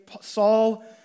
Saul